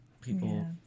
people